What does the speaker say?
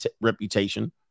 reputation